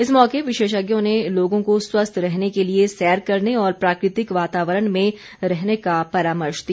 इस मौके विशेषज्ञों ने लोगों को स्वस्थ रहने के लिए सैर करने और प्राकृतिक वातावरण में रहने का परामर्श दिया